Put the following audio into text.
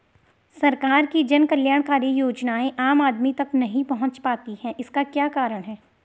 सरकार की जन कल्याणकारी योजनाएँ आम आदमी तक नहीं पहुंच पाती हैं इसका क्या कारण है?